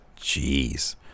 Jeez